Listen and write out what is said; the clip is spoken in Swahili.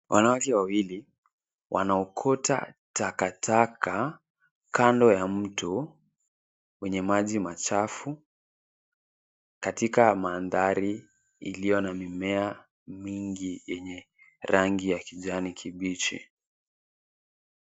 Wanawake wawili wanaokota takataka kando ya mto wenye maji machafu katika mandhari iliyo na mimea mingi yenye rangi ya kijani kibichi.